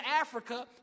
Africa